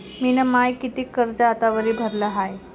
मिन माय कितीक कर्ज आतावरी भरलं हाय?